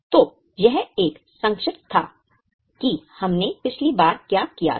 तो यह एक संक्षिप्त था कि हमने पिछली बार क्या किया था